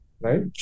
Right